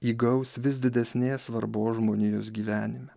įgaus vis didesnės svarbos žmonijos gyvenime